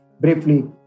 Briefly